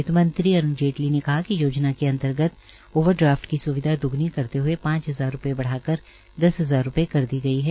वित्तमंत्री अरूण जेटली ने कहा है कि योजना के अंतर्गत ओवरड्राफ्ट की स्विधा द्गनी करते हए पांच हजार रूपये बढ़ाकर दस हजार रूप्ये कर दी गई है